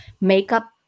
makeup